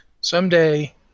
someday